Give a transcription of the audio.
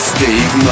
Steve